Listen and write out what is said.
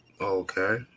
Okay